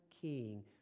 king